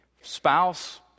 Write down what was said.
spouse